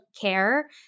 care